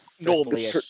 normally